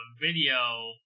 video